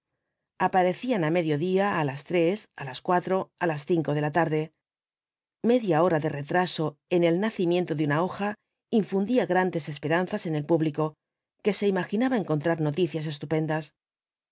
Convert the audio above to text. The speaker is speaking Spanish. aparecían á mediodía á las tres á as cuatro á las cinco de la tarde media hora de retraso en el nacimiento de una hoja infundía grandes esperanzas en el público que se imaginaba encontrar noticias estupendas